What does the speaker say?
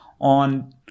on